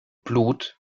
blut